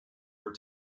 were